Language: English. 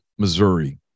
Missouri